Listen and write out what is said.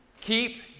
Keep